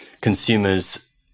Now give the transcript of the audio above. consumers